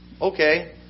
Okay